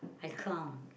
I clown